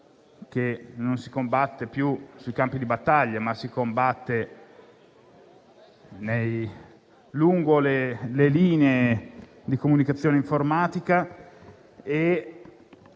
che non si combatte più sui campi di battaglia, ma lungo le linee di comunicazione informatica.